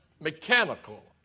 mechanical